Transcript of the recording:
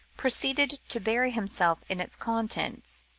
proceeded to bury himself in its contents,